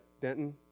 Denton